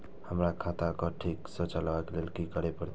हमरा खाता क ठीक स चलबाक लेल की करे परतै